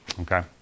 Okay